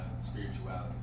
spirituality